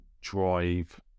drive